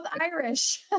Irish